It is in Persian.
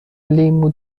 لیمو